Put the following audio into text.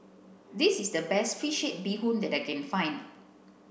this is the best fish head bee hoon that I can find